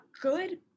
good